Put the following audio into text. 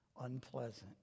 unpleasant